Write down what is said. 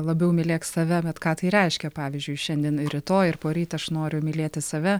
labiau mylėk save bet ką tai reiškia pavyzdžiui šiandien rytoj ir poryt aš noriu mylėti save